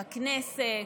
בכנסת,